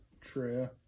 True